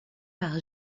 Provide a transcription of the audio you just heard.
par